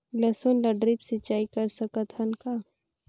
लसुन ल ड्रिप सिंचाई कर सकत हन का?